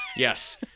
Yes